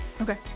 Okay